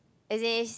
as in it's